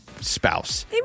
Spouse